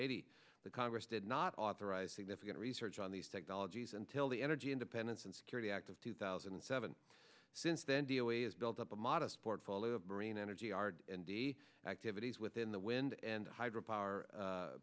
eighty the congress did not authorize significant research on these technologies until the energy independence and security act of two thousand and seven since then v o a has built up a modest portfolio of marine energy r and d activities within the wind and hydropower